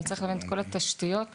אבל צריך להבין את כל התשתיות שנדרשות,